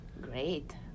Great